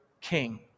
king